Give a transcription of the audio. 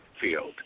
field